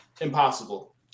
impossible